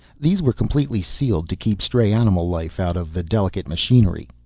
these were completely sealed to keep stray animal life out of the delicate machinery.